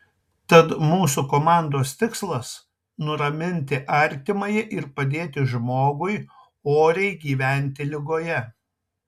tad mūsų komandos tikslas nuraminti artimąjį ir padėti žmogui oriai gyventi ligoje